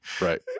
Right